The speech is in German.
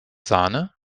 sahne